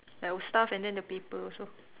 our stuff and then the paper also